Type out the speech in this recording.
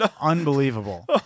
unbelievable